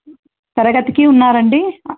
తరగతికి ఉన్నారు అండి